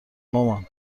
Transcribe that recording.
مامان